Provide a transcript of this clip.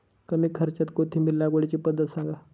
कमी खर्च्यात कोथिंबिर लागवडीची पद्धत सांगा